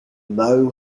low